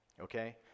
Okay